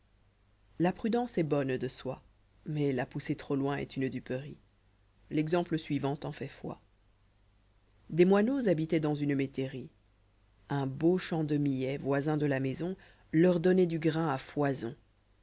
la prudence est bonne de soi mais la pousser trop loin est une duperie l'exemple suivant en fait foi des moineaux habitaient dans une métairie un beau champ de millet voisin de la maison lëùr'dbnrioit dû grain à foison